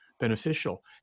Beneficial